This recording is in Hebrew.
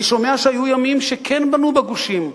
אני שומע שהיו ימים שכן בנו בגושים.